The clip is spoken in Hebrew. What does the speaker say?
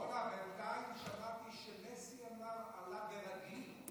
אורנה, בינתיים שמעתי שמסי אמר: עלה ברגלי.